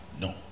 No